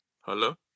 Hello